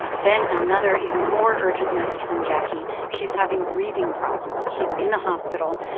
then another, even more urgent message from jacquie she's having breathing problems. she's in the hospital.